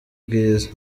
bwiza